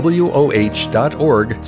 woh.org